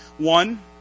One